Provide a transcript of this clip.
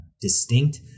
distinct